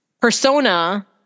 persona